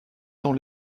dans